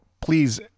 please